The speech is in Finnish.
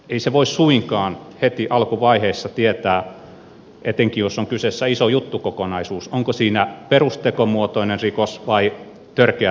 ei se voi suinkaan heti alkuvaiheessa tietää etenkin jos on kyseessä iso juttukokonaisuus onko siinä perustekomuotoinen rikos vai törkeä tekomuotoinen rikos